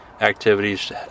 activities